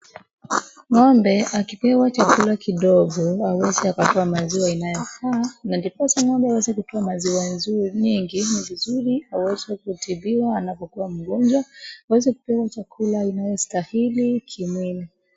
Ng'ombe akipewa chakula kidogo, hawezi akatoa maziwa inayofaa, na ndiposa ng'ombe aweze kutoa maziwa nzuri, nyingi, ni vizuri aweze kutibiwa anapokuwa mgonjwa, aweze kupewa chakula inayostahili kimwili.